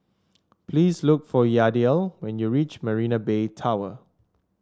please look for Yadiel when you reach Marina Bay Tower